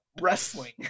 wrestling